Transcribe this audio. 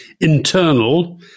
internal